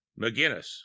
McGinnis